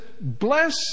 bless